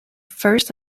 first